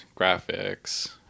graphics